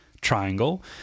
triangle